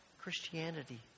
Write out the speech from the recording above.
Christianity